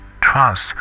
trust